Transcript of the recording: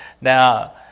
now